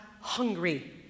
hungry